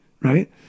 right